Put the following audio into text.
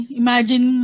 imagine